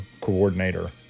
coordinator